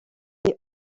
est